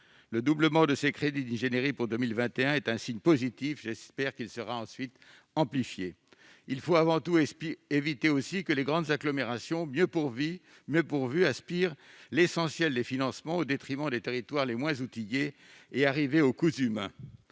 Le doublement de ses crédits d'ingénierie pour 2021 est un signe positif ; j'espère que ce geste sera par la suite amplifié. Il faut avant tout éviter que les grandes agglomérations, mieux pourvues, aspirent l'essentiel des financements, au détriment des territoires les moins outillés, et arriver au « cousu main